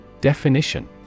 Definition